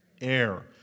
air